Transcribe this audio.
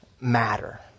matter